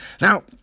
Now